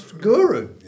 guru